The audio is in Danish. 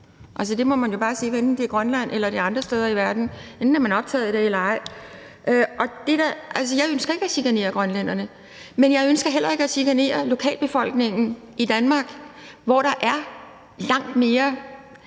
Det må man jo bare sige, hvad enten det er i Grønland, eller det er andre steder i verden. Enten er man optaget af det eller ej. Jeg ønsker ikke at chikanere grønlænderne, men jeg ønsker heller ikke at chikanere lokalbefolkningen i Danmark, hvor der er et langt større